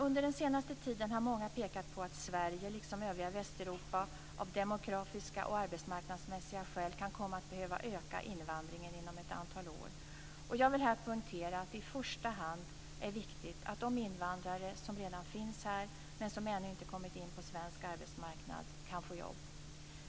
Under den senaste tiden har många pekat på att Sverige - liksom övriga Västeuropa - av demografiska och arbetsmarknadsmässiga skäl kan komma att behöva öka invandringen inom ett antal år. Jag vill poängtera att det i första hand är viktigt att de invandrare som redan finns här men som ännu inte har kommit in på den svenska arbetsmarknaden kan få jobb.